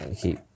keep